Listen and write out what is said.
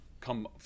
come